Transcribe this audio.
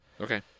Okay